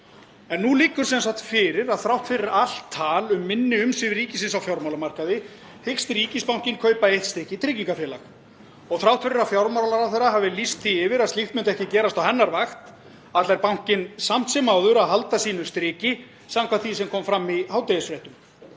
Nú liggur sem sagt fyrir að þrátt fyrir allt tal um minni umsvif ríkisins á fjármálamarkaði hyggst ríkisbankinn kaupa eitt stykki tryggingafélag. Og þrátt fyrir að fjármálaráðherra hafi lýst því yfir að slíkt myndi ekki gerast á hennar vakt ætlar bankinn samt sem áður að halda sínu striki samkvæmt því sem kom fram í hádegisfréttum.